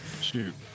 Shoot